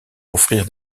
offrir